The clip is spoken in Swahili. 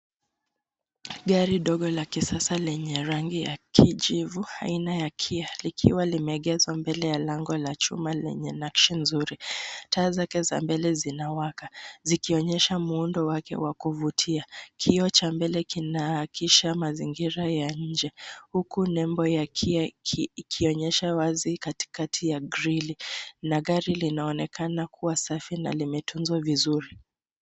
Gari dogo la kisasa lenye rangi ya kijivu aina ya KIA likiwa limeegeswa mbele ya lango la chuma lenye nakshi nzuri. Taa zake za mbele zinawaka, zikionyesha muundo wake wa kuvutia. Kioo cha mbele kina akisha mazingira ya nje huku nembo ya KIA ikionyesha wazi katikati ya grili na gari linaonekana kuwa safi na limetunzwa vizuri.